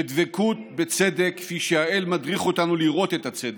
בדבקות בצדק, כפי שהאל מדריך אותנו לראות את הצדק,